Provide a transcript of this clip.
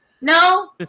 No